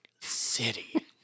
City